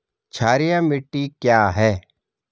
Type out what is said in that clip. क्षारीय मिट्टी क्या है?